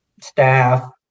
staff